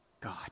God